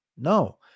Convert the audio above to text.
No